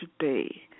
today